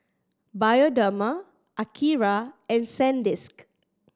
Bioderma Akira and Sandisk